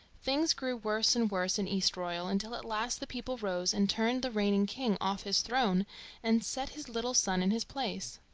things grew worse and worse in eastroyal, until at last the people rose and turned the reigning king off his throne and set his little son in his place.